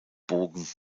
bogen